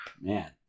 man